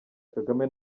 kagame